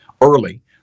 early